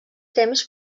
temps